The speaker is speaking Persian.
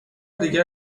دیگر